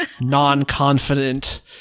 non-confident